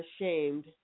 ashamed